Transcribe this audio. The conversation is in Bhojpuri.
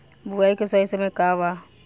बुआई के सही समय का वा?